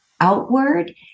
outward